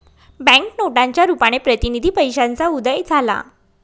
bank नोटांच्या रुपाने प्रतिनिधी पैशाचा उदय झाला